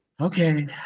Okay